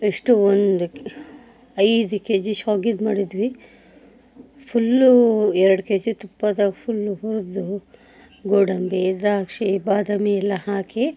ಎಷ್ಟು ಒಂದು ಕೆ ಐದು ಕೆ ಜಿ ಶಾವ್ಗೆದು ಮಾಡಿದ್ವಿ ಫುಲ್ಲು ಎರಡು ಕೆ ಜಿ ತುಪ್ಪದಾಗ ಫುಲ್ಲು ಹುರಿದು ಗೋಡಂಬಿ ದ್ರಾಕ್ಷಿ ಬಾದಾಮಿ ಎಲ್ಲ ಹಾಕಿ